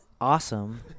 awesome